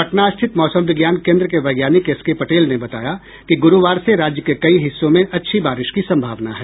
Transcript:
पटना स्थित मौसम विज्ञान केन्द्र के वैज्ञानिक एसकेपटेल ने बताया कि गुरूवार से राज्य के कई हिस्सों में अच्छी बारिश की संभावना है